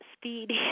speed